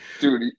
dude